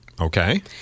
Okay